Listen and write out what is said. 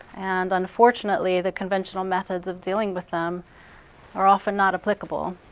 and unfortunately, the conventional methods of dealing with them are often not applicable.